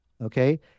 okay